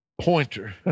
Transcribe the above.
pointer